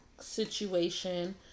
situation